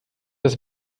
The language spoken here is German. das